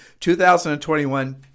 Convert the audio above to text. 2021